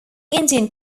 indian